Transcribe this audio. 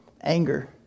anger